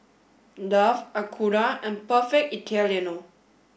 Dove Acura and Perfect Italiano